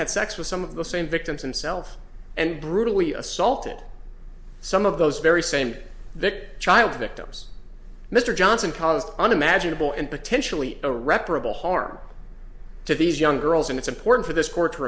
had sex with some of the same victims himself and brutally assaulted some of those very same that child victims mr johnson caused unimaginable and potentially a reparable harm to these young girls and it's important for this court to